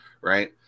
right